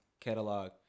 catalog